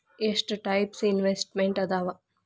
ಎಷ್ಟ types investments ಅದಾವ